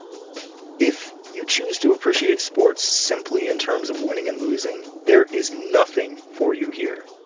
if you choose to appreciate sports simply in terms of winning and losing, there is nothing for you here.